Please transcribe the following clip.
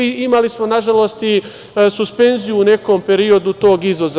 Imali smo, nažalost, i suspenziju u nekom periodu tog izvoza.